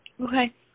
Okay